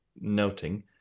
noting